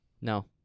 No